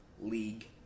League